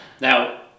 Now